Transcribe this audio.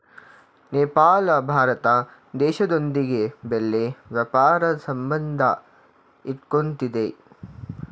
ನೇಪಾಳ ಭಾರತ ದೇಶದೊಂದಿಗೆ ಒಳ್ಳೆ ವ್ಯಾಪಾರ ಸಂಬಂಧ ಇಟ್ಕೊಂಡಿದ್ದೆ